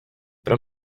pro